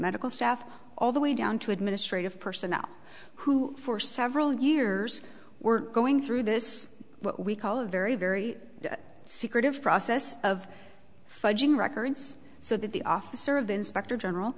medical staff all the way down to administrative personnel who for several years were going through this what we call a very very secretive process of fudging records so that the officer of inspector general